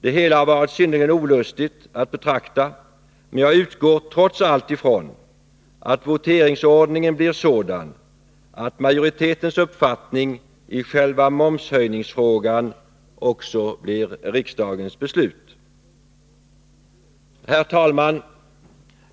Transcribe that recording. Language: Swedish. Det hela har varit synnerligen olustigt att betrakta, men jag utgår trots allt ifrån att voteringsordningen blir sådan att majoritetens uppfattning i själva momshöjningsfrågan också blir riksdagens beslut. 41 Herr talman!